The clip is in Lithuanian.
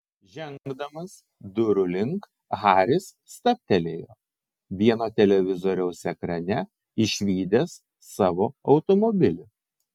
žengdamas durų link haris stabtelėjo vieno televizoriaus ekrane išvydęs savo automobilį